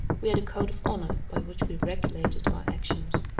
we had a code of honor by which we regulated our actions.